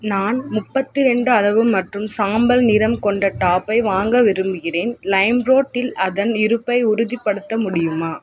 நான் முப்பத்தி ரெண்டு அளவு மற்றும் சாம்பல் நிறம் கொண்ட டாப்பை வாங்க விரும்புகிறேன் லைம்ரோட்டில் அதன் இருப்பை உறுதிப்படுத்த முடியுமா